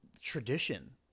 tradition